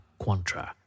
Quantra